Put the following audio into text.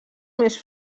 més